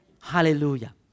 Hallelujah